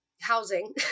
housing